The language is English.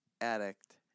addict